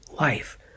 life